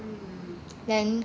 mm